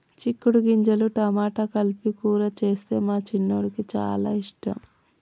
చిక్కుడు గింజలు టమాటా కలిపి కూర చేస్తే మా చిన్నోడికి చాల ఇష్టం